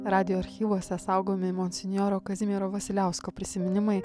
radijo archyvuose saugomi monsinjoro kazimiero vasiliausko prisiminimai